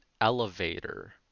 elevator